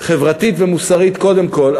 חברתית ומוסרית קודם כול,